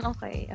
Okay